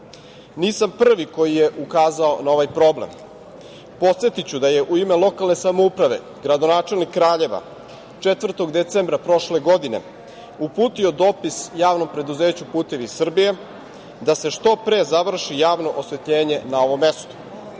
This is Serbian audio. pre. Nisam prvi koji je ukazao na ovaj problem. Podsetiću da je u ime lokalne samouprave gradonačelnik Kraljeva 4. decembra prošle godine uputio dopis JP „Putevi Srbije“ da se što pre završi javno osvetljenje na ovom mestu.U